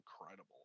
incredible